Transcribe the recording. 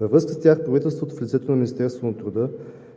Във връзка с тях правителството в лицето на Министерството на труда